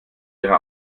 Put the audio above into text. ihre